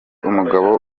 umugabo